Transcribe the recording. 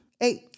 eight